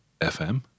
FM